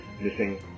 missing